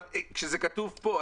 אבל כשזה כתוב פה,